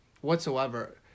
whatsoever